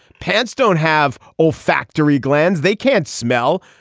pants don't have olfactory glands they can't smell.